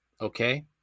okay